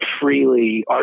freely